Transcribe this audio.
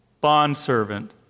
Bondservant